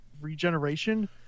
Regeneration